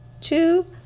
two